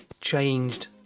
changed